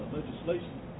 legislation